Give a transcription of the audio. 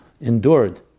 endured